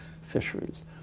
fisheries